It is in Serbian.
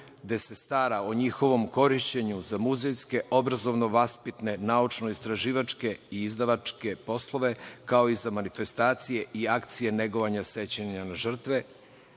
gde se stara o njihovom korišćenju za muzejske obrazovno-vaspitne, naučno-istraživačke i izdavačke poslove, kao i za manifestacije i akcije negovanja sećanje na žrtve.